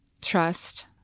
trust